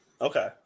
Okay